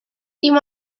dim